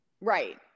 Right